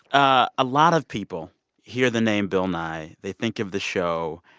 ah a lot of people hear the name bill nye, they think of the show,